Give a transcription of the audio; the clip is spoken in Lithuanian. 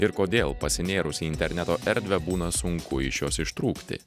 ir kodėl pasinėrus į interneto erdvę būna sunku iš jos ištrūkti